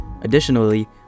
Additionally